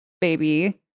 baby